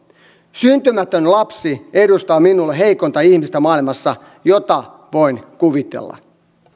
syntymätön lapsi edustaa minulle heikointa ihmistä maailmassa jota voin kuvitella